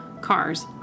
cars